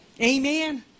Amen